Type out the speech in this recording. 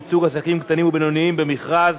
ייצוג עסקים קטנים ובינוניים במכרז),